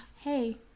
hey